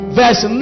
verse